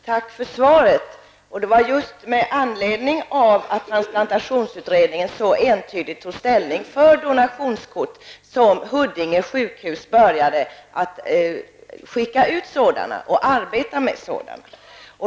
Herr talman! Tack för svaret! Det var just med anledning av att transplantationsutredningen så entydigt tog ställning för donationskort som Huddinge sjukhus började skicka ut sådana och arbeta med sådana.